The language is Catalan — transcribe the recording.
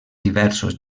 diversos